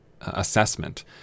assessment